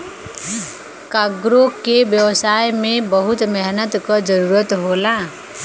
cargo के व्यवसाय में बहुत मेहनत क जरुरत होला